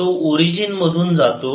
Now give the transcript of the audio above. तो ओरिजिन मधून जातो